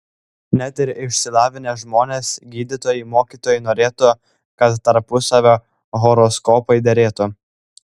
net ir išsilavinę žmonės gydytojai mokytojai norėtų kad tarpusavio horoskopai derėtų